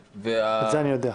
זה אני יודע.